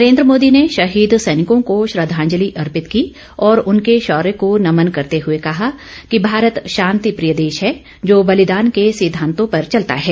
नरेन्द्र मोदी ने शहीद सैनिकों को श्रद्धांजलि अर्पित की और उनके शौर्य को नमन करते हुए कहा कि भारत शांतिप्रिय देश है जो बलिदान के सिद्धांतो पर चलता है